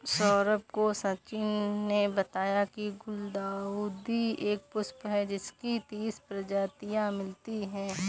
सौरभ को सचिन ने बताया की गुलदाउदी एक पुष्प है जिसकी तीस प्रजातियां मिलती है